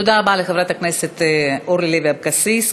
תודה רבה לחברת הכנסת אורלי לוי אבקסיס.